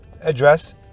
address